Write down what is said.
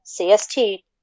CST